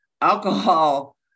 Alcohol